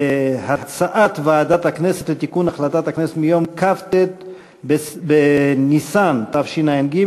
הצעת ועדת הכנסת לתיקון החלטת הכנסת מיום כ"ט בניסן התשע"ג,